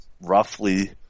roughly